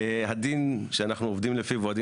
הדין שאנחנו עובדים לפיו הוא הדין